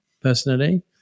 personally